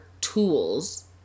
tools